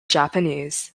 japanese